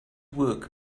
work